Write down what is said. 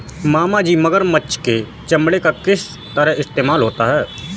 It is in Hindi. मामाजी मगरमच्छ के चमड़े का किस तरह इस्तेमाल होता है?